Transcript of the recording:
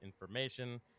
information